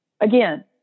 Again